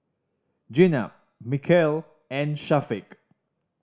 Jenab Mikhail and Syafiq